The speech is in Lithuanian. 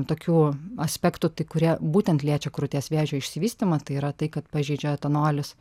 tokių aspektų tai kurie būtent liečia krūties vėžio išsivystymą tai yra tai kad pažeidžia etanolis